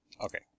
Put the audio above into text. Okay